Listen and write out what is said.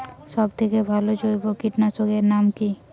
সব থেকে ভালো জৈব কীটনাশক এর নাম কি?